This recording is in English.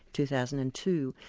two thousand and two,